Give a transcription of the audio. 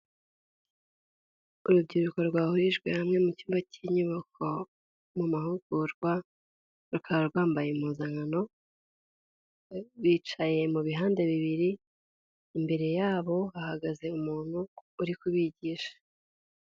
Urubyiruko rwahurijwe hamwe mu cyumba cy'inyubako, mu mahugurwa, rukaba rwambaye impuzankano, bicaye mu bihande bibiri, imbere yabo hahagaze umuntu uri kubigisha.